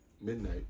midnight